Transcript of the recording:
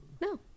No